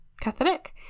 catholic